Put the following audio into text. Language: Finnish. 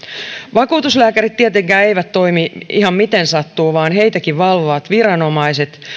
vakuutuslääkärit tietenkään eivät toimi ihan miten sattuu vaan heitäkin valvovat viranomaiset